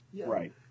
Right